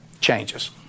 Changes